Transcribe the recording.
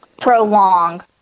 prolong